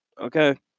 okay